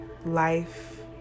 Life